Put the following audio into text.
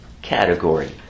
Category